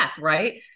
right